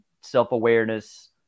self-awareness